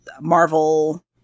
marvel